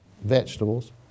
vegetables